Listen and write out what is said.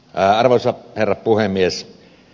arvoisa herra puhemies